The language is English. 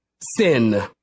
sin